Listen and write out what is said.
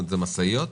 זה משאיות?